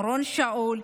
אורון שאול,